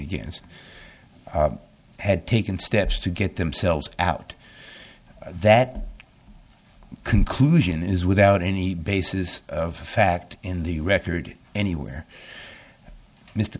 against had taken steps to get themselves out that conclusion is without any basis of fact in the record anywhere mr